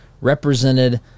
represented